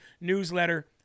newsletter